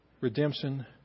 redemption